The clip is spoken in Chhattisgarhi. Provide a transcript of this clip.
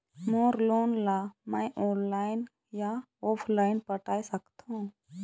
मोर लोन ला मैं ऑनलाइन या ऑफलाइन पटाए सकथों?